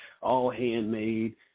all-handmade